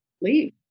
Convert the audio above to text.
leave